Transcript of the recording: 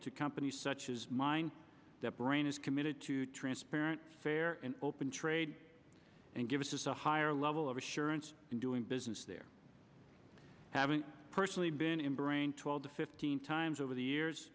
to companies such as mine that brain is committed to transparent fair and open trade and give us a higher level of assurance in doing business there haven't personally been in brain twelve to fifteen times over the years